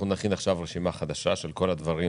ונכין עכשיו רשימה חדשה של כל הדברים